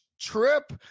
trip